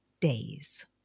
days